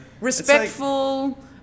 Respectful